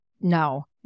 no